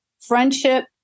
friendship